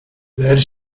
leer